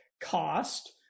cost